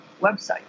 website